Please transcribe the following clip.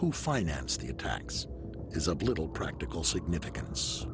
who financed the attacks is a little practical significance